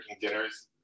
dinners